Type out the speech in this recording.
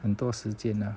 很多时间了